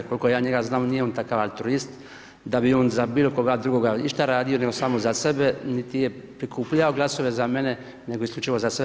Koliko ja njega znam nije on takav altruist da bi on za bilo koga drugoga išta radio nego samo za sebe, niti je prikupljao glasove za mene, nego isključivo za sebe.